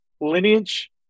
Lineage